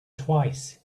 twice